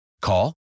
Call